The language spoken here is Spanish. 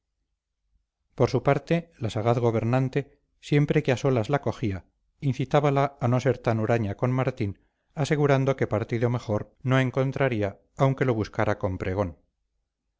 por su parte la sagaz gobernante siempre que a solas la cogía incitábala a no ser tan huraña con martín asegurando que partido mejor no encontraría aunque lo buscara con pregón